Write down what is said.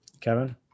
Kevin